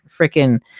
freaking